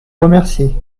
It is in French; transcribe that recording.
remercie